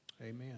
Amen